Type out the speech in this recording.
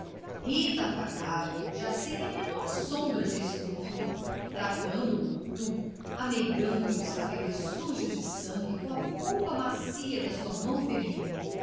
rita afagava o já sem a menor sombra de escrúpulo tratando o por tu ameigando lhe os cabelos sujos de sangue com a polpa macia da sua mão feminil